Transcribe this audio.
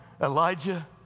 Elijah